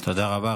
תודה רבה.